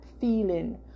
feeling